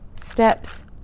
steps